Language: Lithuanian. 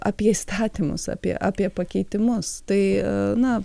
apie įstatymus apie apie pakeitimus tai na